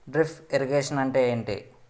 Drip irrigation అంటే ఏమిటి?